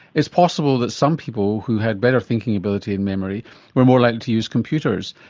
it's possible that some people who had better thinking ability and memory were more likely to use computers.